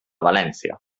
valència